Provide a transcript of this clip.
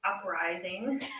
uprising